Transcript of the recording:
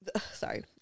Sorry